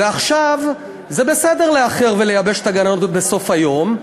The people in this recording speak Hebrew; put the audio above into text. ועכשיו זה בסדר לאחר ולייבש את הגננות בסוף היום.